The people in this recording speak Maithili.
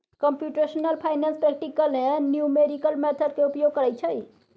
computational finance practical numerical method के उपयोग करइ छइ